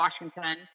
Washington